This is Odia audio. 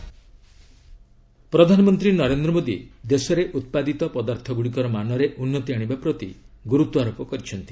ପିଏମ୍ ପିଏଲ୍ଆଇ ସ୍କିମ୍ ପ୍ରଧାନମନ୍ତ୍ରୀ ନରେନ୍ଦ୍ର ମୋଦୀ ଦେଶରେ ଉତ୍ପାଦିତ ପଦାର୍ଥଗୁଡ଼ିକର ମାନରେ ଉନ୍ନତି ଆଣିବା ପ୍ରତି ଗୁରୁତ୍ୱାରୋପ କରିଛନ୍ତି